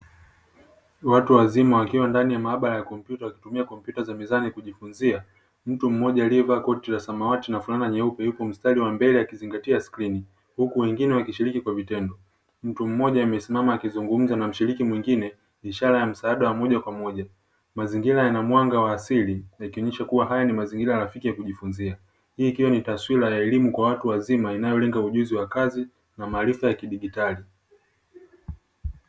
Watu wazima wakiwa ndani ya maabara ya kompyuta wakitumia kompyuta za mezani kujifunza. Mtu mmoja aliyevaa koti la samawati na fulana nyeupe yupo mstari wa mbele akizingatia skrini huku wengine wakishiriki kwa vitendo, mtu mmoja amesimama akizungumza na mshiriki mwingine ishara ya msaada wa moja kwa moja. Mazingira yana mwanga wa asili yakionesha kuwa haya ni mazingira rafiki ya kujifunzia. Hii ikiwa ni taswira ya elimu kwa watu wazima inayolenga ujuzi wa kazi, na maarifa ya kidijitali.